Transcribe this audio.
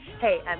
Hey